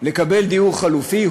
לקבל דיור חלופי,